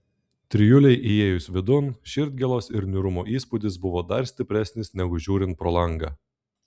trijulei įėjus vidun širdgėlos ir niūrumo įspūdis buvo dar stipresnis negu žiūrint pro langą